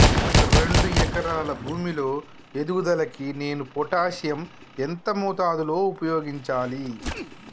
రెండు ఎకరాల భూమి లో ఎదుగుదలకి నేను పొటాషియం ఎంత మోతాదు లో ఉపయోగించాలి?